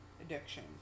addiction